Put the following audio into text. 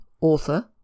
author